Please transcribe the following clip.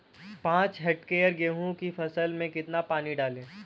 पाँच हेक्टेयर गेहूँ की फसल में कितना पानी डालें?